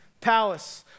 palace